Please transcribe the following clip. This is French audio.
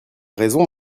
raison